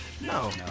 No